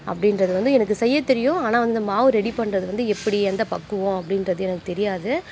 அப்படின்றது வந்து எனக்கு செய்யத் தெரியும் ஆனால் வந்து இந்த மாவு ரெடி பண்ணுறது வந்து எப்படி எந்த பக்குவம் அப்படின்றது எனக்கு தெரியாது